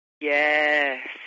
Yes